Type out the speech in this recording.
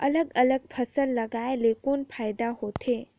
अलग अलग फसल लगाय ले कौन फायदा होथे?